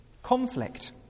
Conflict